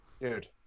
Dude